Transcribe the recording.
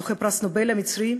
זוכה פרס נובל המצרי,